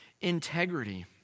integrity